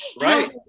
Right